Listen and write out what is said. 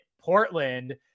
Portland